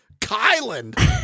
Kylan